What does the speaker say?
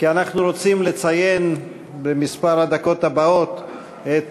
כי אנחנו רוצים לציין במספר הדקות הבאות את